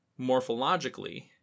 morphologically